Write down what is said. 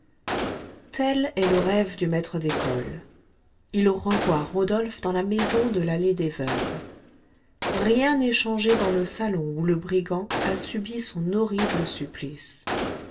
tel est le rêve du maître d'école il revoit rodolphe dans la maison de l'allée des veuves rien n'est changé dans le salon où le brigand a subi son horrible supplice